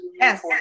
Yes